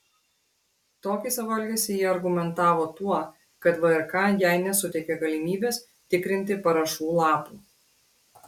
tokį savo elgesį ji argumentavo tuo kad vrk jai nesuteikė galimybės tikrinti parašų lapų